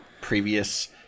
previous